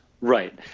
right